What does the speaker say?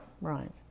right